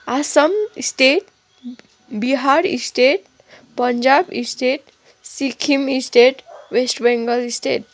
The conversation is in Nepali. Assam state Bihar state Punjab state Sikkim state west Bengal state